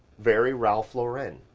very ralph lauren.